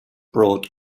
broad